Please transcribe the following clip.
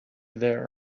there